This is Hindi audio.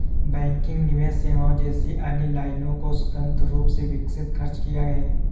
बैंकिंग निवेश सेवाओं जैसी अन्य लाइनों को स्वतंत्र रूप से विकसित खर्च किया है